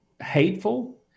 hateful